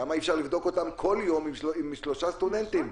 למה אי-אפשר לבדוק אותם כל יום עם שלושה סטודנטים?